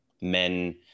men